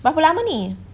berapa lama ini